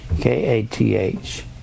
k-a-t-h